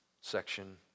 section